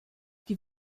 die